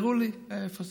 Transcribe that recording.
הראו לי איפה זה.